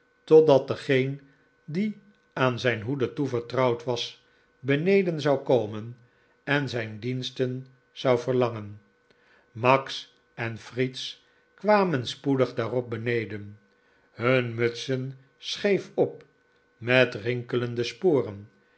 totdat degeen die aan zijn hoede toevertrouwd was beneden zou komenenzijn diensten zou verlangen max en fritz kwamen spoedig daarop beneden hun mutsen scheef op met rinkelende sporen